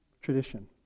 tradition